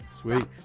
Sweet